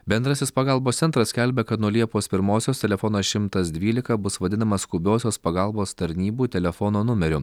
bendrasis pagalbos centras skelbia kad nuo liepos pirmosios telefonas šimtas dvylika bus vadinamas skubiosios pagalbos tarnybų telefono numeriu